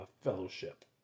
Fellowship